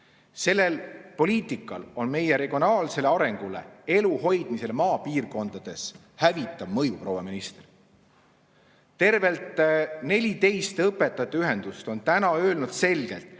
Sellel poliitikal on meie regionaalsele arengule, elu hoidmisele maapiirkondades hävitav mõju, proua minister. Tervelt 14 õpetajate ühendust on öelnud selgelt,